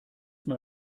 mal